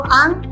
ang